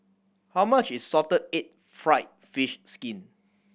how much is salted egg fried fish skin